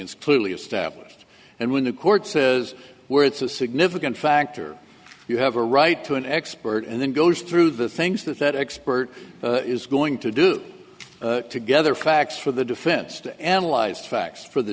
is clearly established and when the court says where it's a significant factor you have a right to an expert and then goes through the things that that expert is going to do together facts for the defense to analyze facts for the